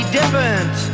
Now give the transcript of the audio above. different